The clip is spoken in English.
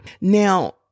Now